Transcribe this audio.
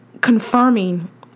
confirming